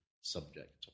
subject